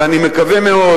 ואני מקווה מאוד,